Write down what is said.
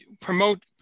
promote